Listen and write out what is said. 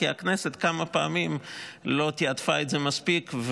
כי הכנסת כמה פעמים לא תיעדפה את זה מספיק,